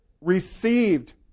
received